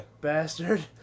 bastard